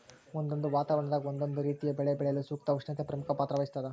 ಒಂದೊಂದು ವಾತಾವರಣದಾಗ ಒಂದೊಂದು ರೀತಿಯ ಬೆಳೆ ಬೆಳೆಯಲು ಸೂಕ್ತ ಉಷ್ಣತೆ ಪ್ರಮುಖ ಪಾತ್ರ ವಹಿಸ್ತಾದ